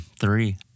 Three